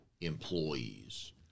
employees